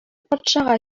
патшага